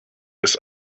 ist